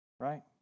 Right